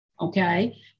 okay